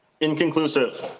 Inconclusive